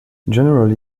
generally